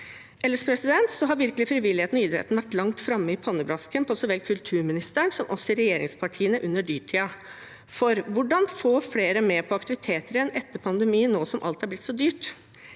frivilligheten og idretten vært langt framme i pannebrasken på så vel kulturministeren som oss i regjeringspartiene under dyrtiden. Hvordan få flere med på aktiviteter igjen etter pandemien nå som alt er blitt så dyrt?